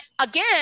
again